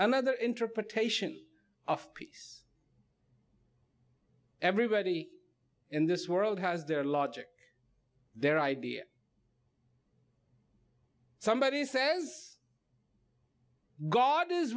another interpretation of peace everybody in this world has their logic their idea somebody says god is